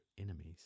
enemies